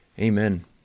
Amen